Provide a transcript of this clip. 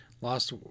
lost